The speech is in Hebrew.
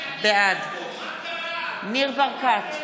בעד ניר ברקת,